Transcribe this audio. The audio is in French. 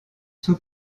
sous